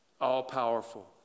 all-powerful